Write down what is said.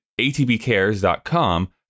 atbcares.com